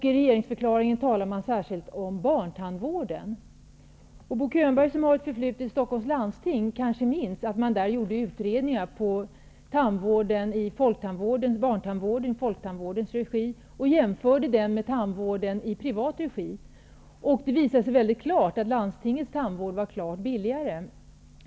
I regeringsförklaringen talar man särskilt om barntandvården. Bo Könberg, som har ett förflutet i Stockholms landsting, kanske minns att man där gjorde utredningar om tandvården och barntandvården i folktandvårdens regi och jämförde den med tandvården i privat regi. Det visade sig att landstingets tandvård var klart billigare.